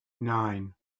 nine